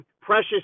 precious